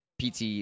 PT